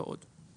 ועוד.